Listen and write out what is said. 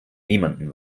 niemandem